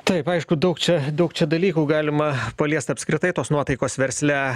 taip aišku daug čia daug čia dalykų galima paliest apskritai tos nuotaikos versle